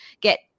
get